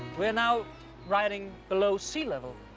we're now riding below sea level.